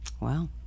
Wow